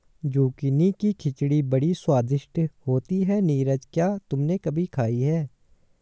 Zucchini की खिचड़ी बड़ी स्वादिष्ट होती है नीरज क्या तुमने कभी खाई है?